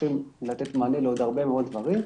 שצריכים לתת מענה לעוד הרבה מאוד דברים.